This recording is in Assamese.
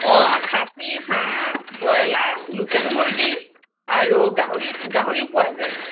অ' খাচী হাঁহ বইলাৰ লোকেল মূৰ্গী আৰু গাহৰি গাহৰিও পোৱা যায়